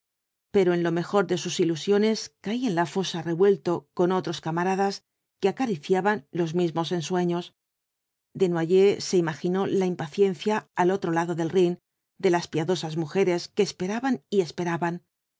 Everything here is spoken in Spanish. pero en lo mejor de sus ilusiones caía en la fosa revuelto con otros camaradas que acariciaban los mismos ensueños desnoyers se imaginó la impaciencia al otro lado del rhin de las piadosas mujeres que esperaban y esperaban